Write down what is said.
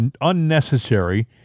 unnecessary